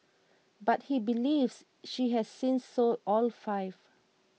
but he believes she has since sold all five